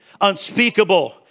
unspeakable